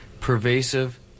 Pervasive